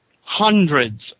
hundreds